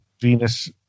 Venus